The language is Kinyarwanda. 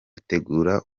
dutegura